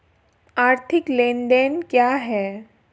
आर्थिक लेनदेन क्या है?